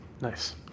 Nice